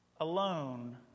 alone